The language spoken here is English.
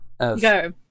Go